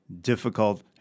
difficult